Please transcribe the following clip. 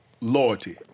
loyalty